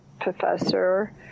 professor